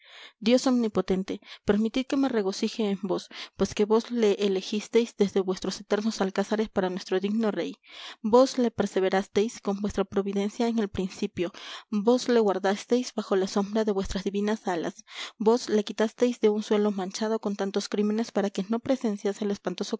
dios omnipotente permitid que me regocije en vos pues que vos le elegisteis desde vuestros eternos alcázares para nuestro digno rey vos le perseverasteis con vuestra providencia en el principio vos le guardasteis bajo la sombra de vuestras divinas alas vos le quitasteis de un suelo manchado con tantos crímenes para que no presenciase el espantoso